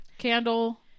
candle